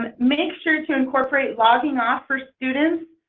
ah make sure to incorporate logging off for students.